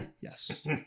yes